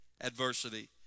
adversity